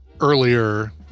earlier